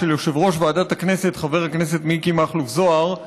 של יושב-ראש ועדת הכנסת חבר הכנסת מיקי מכלוף זוהר.